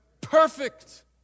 Perfect